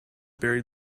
buried